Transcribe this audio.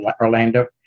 Orlando